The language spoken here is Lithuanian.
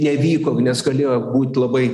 nevyko nes galėjo būt labai